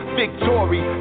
victory